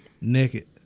Naked